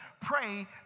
Pray